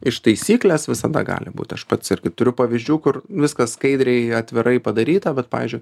iš taisyklės visada gali būt aš pats irgi turiu pavyzdžių kur viskas skaidriai atvirai padaryta bet pavyzdžiui